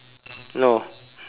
yo